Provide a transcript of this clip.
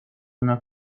una